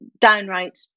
downright